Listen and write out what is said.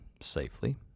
safely